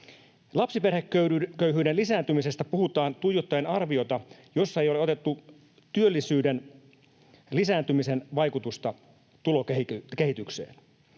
Lapsiperheköyhyyden lisääntymisestä puhutaan tuijottaen arviota, jossa ei ole otettu huomioon työllisyyden lisääntymisen vaikutusta tulokehitykseen.